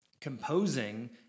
composing